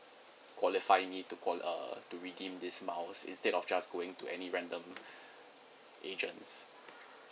qualify me to qua~ uh to redeem these miles instead of just going to any random agents